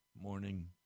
morning